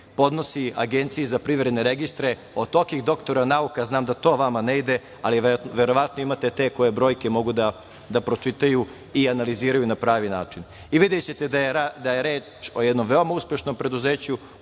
podnosi Agenciji za privredne registre. Od tolikih doktora nauka, znam da to vama ne ide, ali verovatno imate te koji brojke mogu da pročitaju i analiziraju na pravi način. Videćete da je reč o jednom veoma uspešnom preduzeću